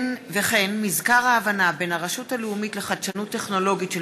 מזכר ההבנה בין הרשות הלאומית לחדשנות טכנולוגית של